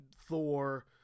Thor